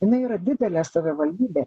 jinai yra didelė savivaldybė